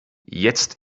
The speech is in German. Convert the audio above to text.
jetzt